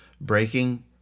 breaking